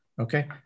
Okay